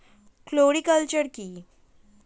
Floriculture কি?